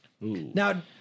Now